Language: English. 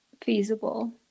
feasible